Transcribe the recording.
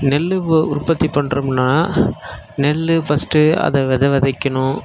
நெல் இப்போது உற்பத்தி பண்றமுன்னா நெல் ஃபர்ஸ்ட் அதை வித விதைக்கணும்